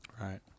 Right